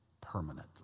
permanently